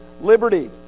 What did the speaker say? liberty